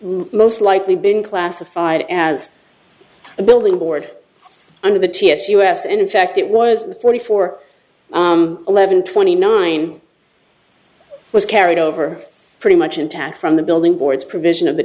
most likely been classified as a building board under the ts us and in fact it was the forty four eleven twenty nine was carried over pretty much intact from the building boards provision of the